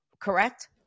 correct